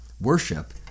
Worship